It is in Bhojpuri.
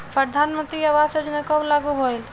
प्रधानमंत्री आवास योजना कब लागू भइल?